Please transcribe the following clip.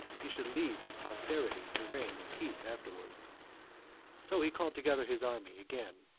he should leave his posterity to reign in peace afterward so he called together his army again,